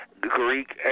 Greek